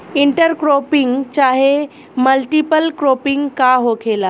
Inter cropping चाहे multiple cropping का होखेला?